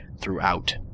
throughout